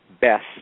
best